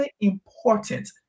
important